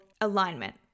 alignment